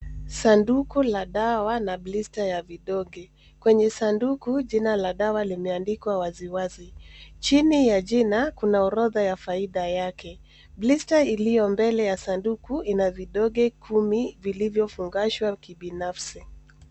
Sanduku la dawa na blister ya vidonge, kwenye sanduku jina la dawa limeandikwa wazi, wazi. Chini ya jina kuna orodha ya faida yake. Blister iliyo mbele ya sanduku ina vidonge kumi vilivyo fungashwa kibinafsi.